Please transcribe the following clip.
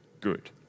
good